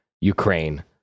Ukraine